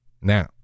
Now